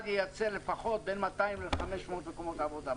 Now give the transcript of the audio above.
ייצר לפחות בין 200 ל-500 מקומות עבודה.